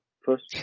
first